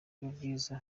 ry’ubwiza